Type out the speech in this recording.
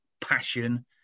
passion